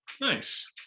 Nice